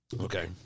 Okay